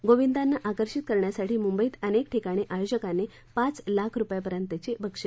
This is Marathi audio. गोविंदांना आकर्षित करण्यासाठी मुंबईत अनेक ठिकाणी आयोजकांनी पाच लाख रुपयांपर्यतची बक्षीसं ठेवली आहेत